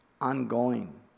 ongoing